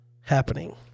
happening